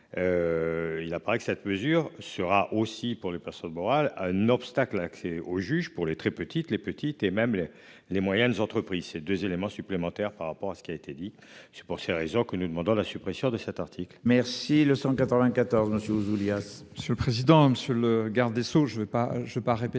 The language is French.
Il apparaît que cette mesure sera aussi pour les personnes morales un obstacle accès au juge pour les très petites, les petites et même les les moyennes entreprises ces 2 éléments supplémentaires par rapport à ce qui a été dit, c'est pour ces raisons que nous demandons la suppression de cet article. Merci le 194 monsieur Ouzoulias. Monsieur le président, monsieur le garde des Sceaux, je vais pas je